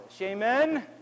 amen